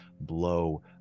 blow